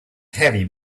heavy